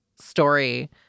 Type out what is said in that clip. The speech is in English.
story